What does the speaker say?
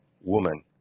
woman